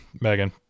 Megan